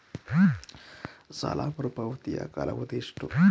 ಸಾಲ ಮರುಪಾವತಿಯ ಕಾಲಾವಧಿ ಎಷ್ಟು?